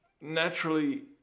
naturally